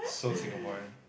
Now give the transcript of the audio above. so Singaporean